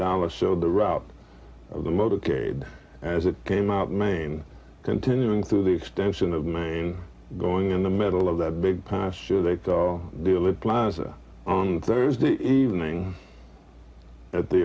dallas so the route of the motorcade as it came out main continuing through the extension of main going in the middle of that big pasture they deal with plaza on thursday evening at the